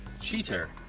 Cheater